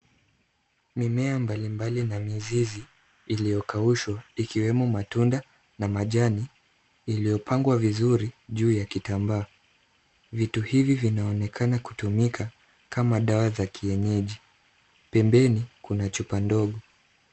Mimea mbali mbali na mizizi iliyokaushwa ikiwemo matunda na majani iliopangwa vizuri juu ya kitambaa. Vitu hivi vinaonekana kutumika kama dawa ya kienyeji. Pembeni kuna chupa ndogo.